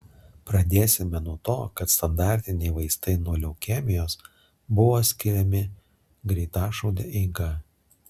pradėsime nuo to kad standartiniai vaistai nuo leukemijos buvo skiriami greitašaude eiga